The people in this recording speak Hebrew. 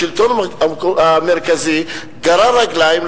השלטון המרכזי גרר רגליים,